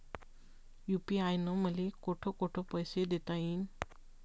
UPI न मले कोठ कोठ पैसे देता येईन?